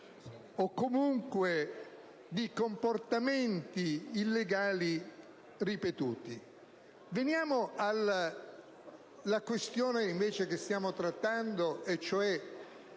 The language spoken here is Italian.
o comunque di comportamenti illegali ripetuti. Veniamo invece alla questione che stiamo trattando, e